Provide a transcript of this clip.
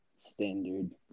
standard